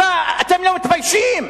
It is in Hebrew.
אתם לא מתביישים?